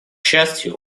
счастью